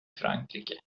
frankrike